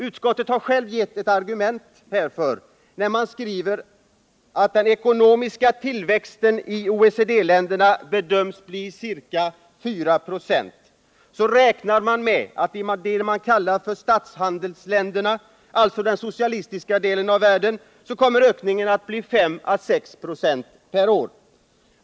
Utskottet har också gett argument för detta när man skriver att den ekonomiska tillväxten i OECD-länderna bedöms bli ca 4 2, medan man räknar med att ökningen i vad man kallar statshandelsländerna, alltså den socialistiska delen av världen, kommer att bli 5 å 6 ?v per år.